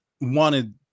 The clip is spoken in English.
wanted